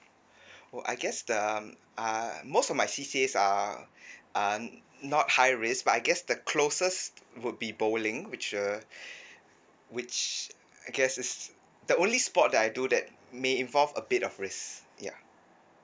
oh guess um err most of my C_C_As are uh not high risk but I guess the closest would be bowling which uh which I guess is the only sport that I do that may involve a bit of risk ya